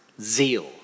zeal